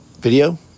video